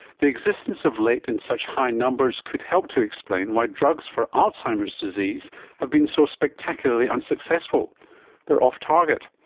the existence of late in such high numbers could help to explain why drugs for alzheimer's disease have been so spectacularly unsuccessful they are off-target.